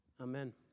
Amen